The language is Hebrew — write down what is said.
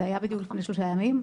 זה היה בדיוק לפני שלושה ימים,